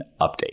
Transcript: update